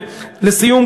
לסיום,